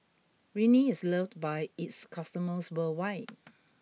Rene is loved by its customers worldwide